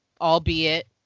albeit